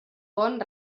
bon